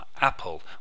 Apple